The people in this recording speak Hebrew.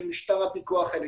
של שמטר הפיקוח האלקטרוני.